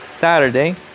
Saturday